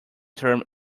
term